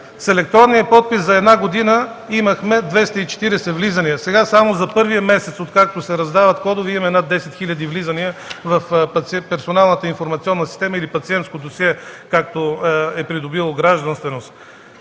С електронния подпис за една година имахме 240 влизания, сега само за първия месец, откакто се раздават кодове, имаме над 10 хиляди влизания в персоналната информационна система или пациентско досие, откакто е придобило гражданственост.